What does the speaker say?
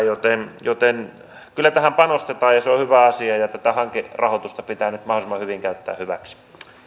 joten joten kyllä tähän panostetaan ja se on on hyvä asia ja tätä hankerahoitusta pitää nyt mahdollisimman hyvin käyttää hyväksi